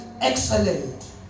excellent